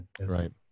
Right